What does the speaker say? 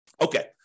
Okay